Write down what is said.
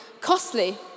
costly